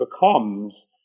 becomes